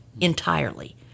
entirely